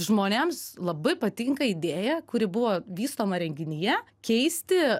žmonėms labai patinka idėja kuri buvo vystoma renginyje keisti